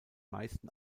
meisten